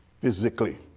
physically